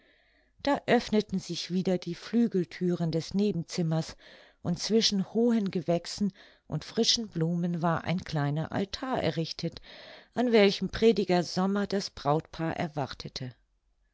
da öffneten sich wieder die flügelthüren des nebenzimmers und zwischen hohen gewächsen und frischen blumen war ein kleiner altar errichtet an welchem prediger sommer das brautpaar erwartete